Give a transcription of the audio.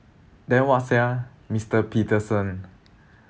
then what sia mister peterson